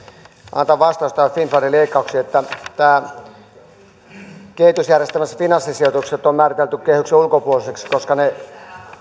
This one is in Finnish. antaa vastaus näihin finnfundin leikkauksiin että kehitysjärjestelmässä finanssisijoitukset on on määritelty kehyksen ulkopuoliseksi koska ne